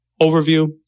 overview